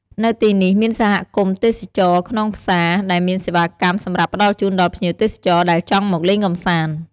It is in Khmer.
នៅទីនេះ មានសហគមន៍ទេសចរណ៍ខ្នងផ្សា ដែលមានសេវាកម្មសម្រាប់ផ្តល់ជូនដល់ភ្ញៀវទេសចរណ៍ដែលចង់មកលេងកំសាន្ត។